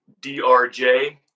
DRJ